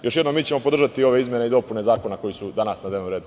Još jednom, mi ćemo podržati ove izmene i dopune zakona koji su danas na dnevnom redu.